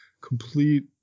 complete